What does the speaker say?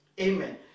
Amen